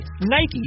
Nike